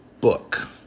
book